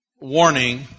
warning